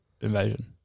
Invasion